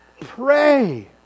Pray